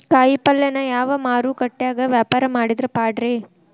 ಕಾಯಿಪಲ್ಯನ ಯಾವ ಮಾರುಕಟ್ಯಾಗ ವ್ಯಾಪಾರ ಮಾಡಿದ್ರ ಪಾಡ್ರೇ?